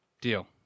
Deal